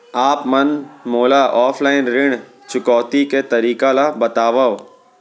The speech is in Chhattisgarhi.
आप मन मोला ऑफलाइन ऋण चुकौती के तरीका ल बतावव?